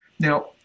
Now